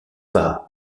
pas